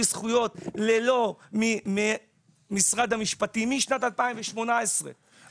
זכויות ללא משרד המשפטים משנת 2018 ונכי צה"ל לא מקבלים.